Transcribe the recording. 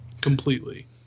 completely